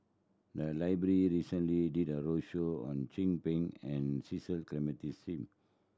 the library recently did a roadshow on Chin Peng and Cecil Clementi Smith